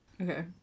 Okay